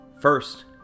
First